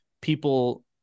people